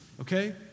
okay